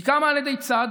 היא קמה על ידי צד